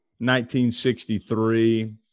1963